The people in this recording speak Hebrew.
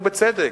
ובצדק,